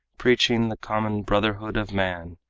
preaching the common brotherhood of man,